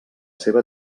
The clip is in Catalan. seva